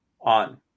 on